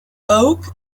oak